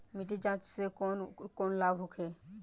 मिट्टी जाँच से कौन कौनलाभ होखे?